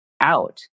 out